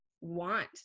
want